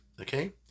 okay